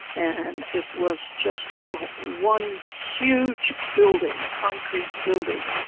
and it was just one huge building, concrete building,